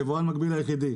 היבואן המקביל היחידי?